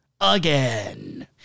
again